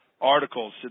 articles